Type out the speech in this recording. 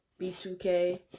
B2K